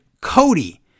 Cody